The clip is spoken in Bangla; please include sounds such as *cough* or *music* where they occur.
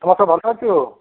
*unintelligible* ভালো আছো